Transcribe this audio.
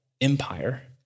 empire